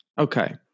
Okay